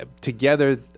together